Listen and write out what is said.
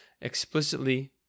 explicitly